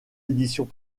éditions